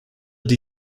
die